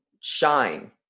shine